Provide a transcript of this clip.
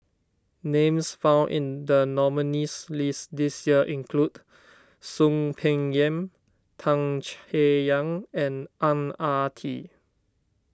names found in the nominees' list this year include Soon Peng Yam Tan Chay Yan and Ang Ah Tee